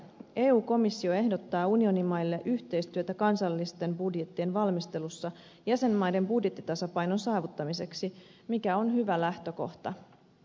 eu komissio ehdottaa unionimaille yhteistyötä kansallisten budjettien valmistelussa jäsenmaiden budjettitasapainon saavuttamiseksi mikä on hyvä lähtökohta